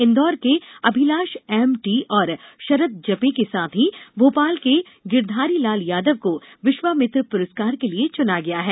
इंदौर के अभिलाष एमटी और शरद जपे के साथ ही भोपाल के गिरधारी लाल यादव को विश्वामित्र पुरस्कार के लिये चुना गया है